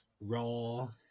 raw